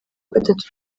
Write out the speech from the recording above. gatatu